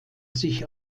sich